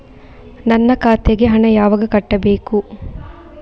ನನ್ನ ಖಾತೆಗೆ ಹಣ ಯಾವಾಗ ಕಟ್ಟಬೇಕು?